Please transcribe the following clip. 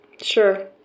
Sure